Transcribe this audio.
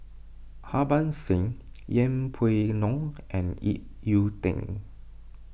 Harbans Singh Yeng Pway Ngon and Ip Yiu Tung